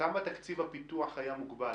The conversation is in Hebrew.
בכמה תקציב הפיתוח היה מוגבל?